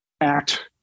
act